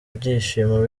byishimo